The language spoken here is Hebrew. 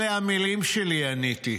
'אלה המילים שלי', עניתי,